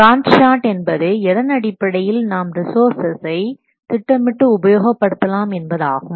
Gantt chart என்பது எதன் அடிப்படையில் நாம் ரிஸோர்ஸ்களை திட்டமிட்டு உபயோகப்படுத்தலாம் என்பதாகும்